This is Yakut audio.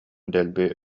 дэлби